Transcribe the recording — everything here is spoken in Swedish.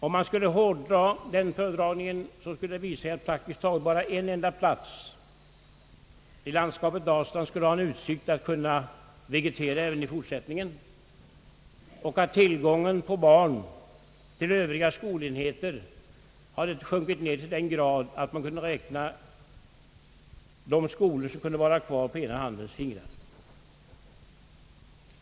Om man skulle hårdraga den föredragningen, skulle det visa sig att praktiskt taget bara en enda plats i landskapet Dalsland skulle ha utsikt att kunna existera även i fortsättningen och att tillgången på barn till övriga skolenheter har minskat till den grad att man på ena handens fingrar kan räkna de skolor som kan finnas kvar.